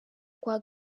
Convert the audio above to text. kwa